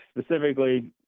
specifically